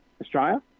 Australia